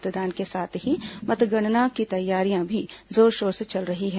मतदान के साथ ही मतगणना की तैयारियां भी जोरशोर से चल रही हैं